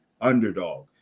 underdog